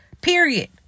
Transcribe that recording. Period